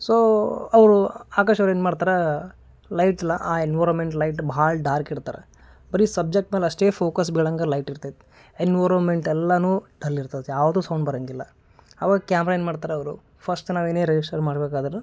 so ಅವರು ಆಕಾಶವ್ರು ಏನು ಮಾಡ್ತರಾ ಲೈಟ್ಲಾ ಆ ಎನ್ವಿರನ್ಮೆಂಟ್ ಲೈಟ್ ಭಾಳ್ ಡಾರ್ಕ್ ಇಡ್ತರ ಬರೀ ಸಬ್ಜೆಕ್ಟ್ ಮೇಲಷ್ಟೇ ಫೋಕಸ್ ಬೀಳೊಂಗ ಲೈಟಿರ್ತೈತಿ ಎನ್ವಿರನ್ಮೆಂಟ್ ಎಲ್ಲನು ಡಲ್ ಇರ್ತೈತಿ ಯಾವುದೂ ಸೌಂಡ್ ಬರಂಗಿಲ್ಲ ಅವಾಗ ಕ್ಯಾಮ್ರ ಏನು ಮಾಡ್ತರವರು ಫರ್ಸ್ಟ್ ನಾವೇನೇ ರಿಜಿಸ್ಟರ್ ಮಾಡ್ಬೇಕಾದರೂ